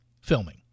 filming